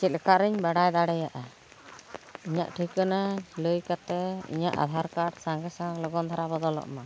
ᱪᱮᱫ ᱞᱮᱠᱟ ᱨᱤᱧ ᱵᱟᱲᱟᱭ ᱫᱟᱲᱮᱭᱟᱜᱼᱟ ᱤᱧᱟᱹᱜ ᱴᱷᱤᱠᱟᱹᱱᱟ ᱞᱟᱹᱭ ᱠᱟᱛᱮ ᱤᱧᱟᱹᱜ ᱟᱫᱷᱟᱨ ᱠᱟᱨᱰ ᱥᱟᱸᱜᱮ ᱥᱟᱶ ᱞᱚᱜᱚᱱ ᱫᱷᱟᱨᱟ ᱵᱚᱫᱚᱞᱚᱜ ᱢᱟ